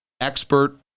expert